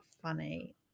funny